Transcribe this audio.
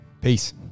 Peace